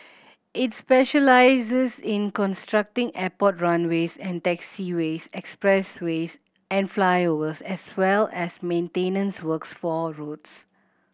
it specialises in constructing airport runways and taxiways expressways and flyovers as well as maintenance works for roads